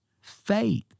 faith